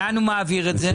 לאן הוא מעביר את זה?